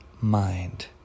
mind